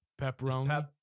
pepperoni